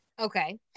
Okay